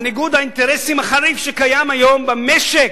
על ניגוד האינטרסים החריף שקיים היום במשק,